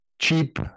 cheap